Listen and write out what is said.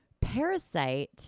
Parasite